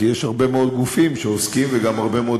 כי יש הרבה מאוד גופים שעוסקים וגם הרבה מאוד